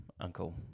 Uncle